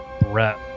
breath